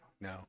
no